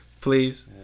Please